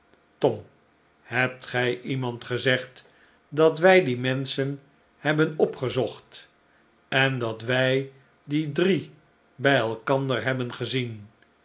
tom hebt gij iemand gezegd dat wij die menschen hebben opgezocht en dat wij die drie bij elkander hebben gezien